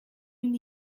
une